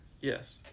Yes